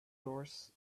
doors